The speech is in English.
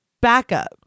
backup